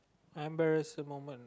embarrassing moment